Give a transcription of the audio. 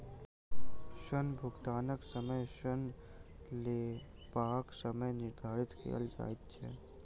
ऋण भुगतानक समय ऋण लेबाक समय निर्धारित कयल जाइत छै